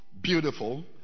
Beautiful